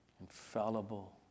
infallible